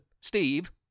Steve